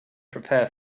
prepare